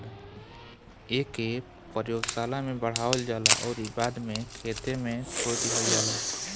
एके प्रयोगशाला में बढ़ावल जाला अउरी बाद में खेते में छोड़ दिहल जाला